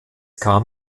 kam